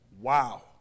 Wow